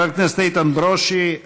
חבר הכנסת איתן ברושי,